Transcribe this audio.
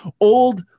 old